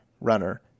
runner